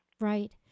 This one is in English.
Right